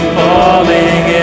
falling